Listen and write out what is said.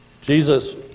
Jesus